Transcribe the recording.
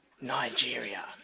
Nigeria